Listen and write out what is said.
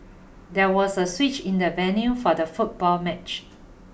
there was a switch in the venue for the football match